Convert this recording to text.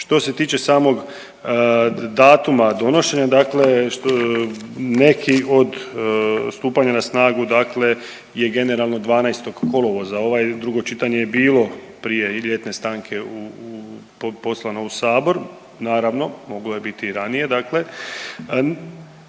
Što se tiče samog datuma donošenja, dakle neki od stupanja na snagu dakle je generalno 12. kolovoza, ovaj, drugo čitanje je bilo prije i ljetne stanke u poslano u Sabor, naravno, moglo je biti i ranije